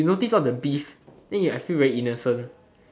you notice all the beef then you must feel very innocent